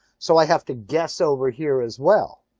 so i have to guess over here as well.